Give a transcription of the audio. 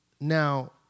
Now